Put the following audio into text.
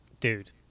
Dude